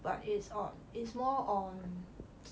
but it's on it's more on